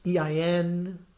EIN